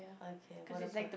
okay what happen